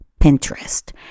Pinterest